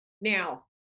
Now